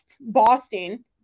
Boston